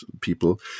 people